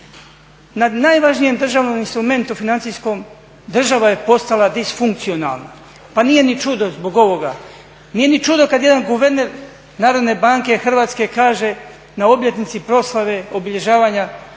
Na nad važnijem državnom instrumentu financijskom država je postala disfunkcionalna, pa nije ni čudo zbog ovoga. Nije ni čudo kada jedan guverner Narodne banke Hrvatske kaže na obljetnici proslave obilježavanja